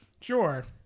Sure